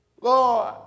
Lord